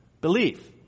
belief